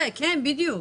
כן, בדיוק.